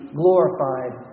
glorified